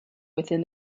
within